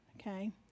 Okay